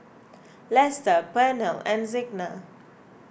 Lester Pernell and Signa